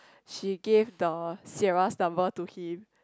she gave the Siera's number to him